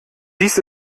dies